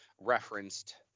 referenced